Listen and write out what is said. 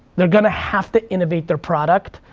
they're gonna have to innovate their product,